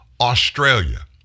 Australia